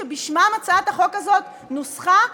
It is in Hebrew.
שבשמם הצעת החוק הזאת נוסחה?